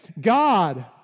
God